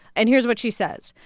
and here's what she says.